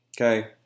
Okay